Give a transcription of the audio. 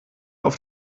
auf